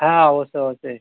হ্যাঁ অবশ্যই অবশ্যই